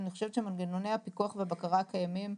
אני חושבת שמנגנוני הפיקוח והבקרה הקיימים,